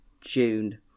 june